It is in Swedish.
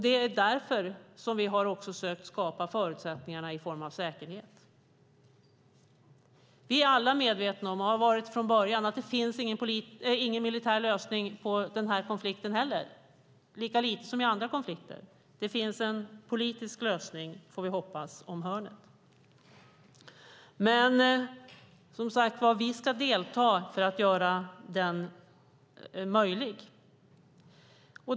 Det är därför vi också har sökt skapa förutsättningar i form av säkerhet. Vi är alla medvetna om, och har varit från början, att det inte finns någon militär lösning på den här konflikten, lika lite som i andra konflikter. Det finns en politisk lösning om hörnet, får vi hoppas, och vi ska delta för att göra den möjlig.